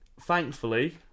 thankfully